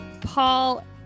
Paul